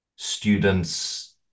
students